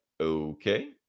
okay